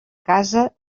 casa